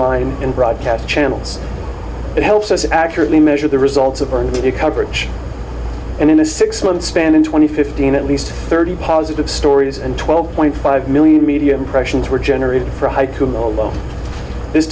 line and broadcast channels that helps us accurately measure the results of our coverage and in a six month span in twenty fifteen at least thirty positive stories and twelve point five million media impressions were generated